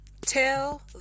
Tell